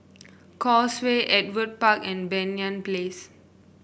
Causeway Ewart Park and Banyan Place